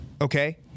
Okay